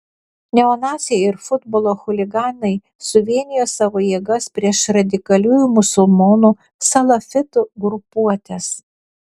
neonaciai ir futbolo chuliganai suvienijo savo jėgas prieš radikaliųjų musulmonų salafitų grupuotes